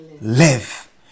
Live